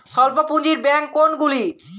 স্বল্প পুজিঁর ব্যাঙ্ক কোনগুলি?